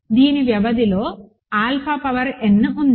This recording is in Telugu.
దీని వ్యవధిలో ఆల్ఫా పవర్ n ఉంది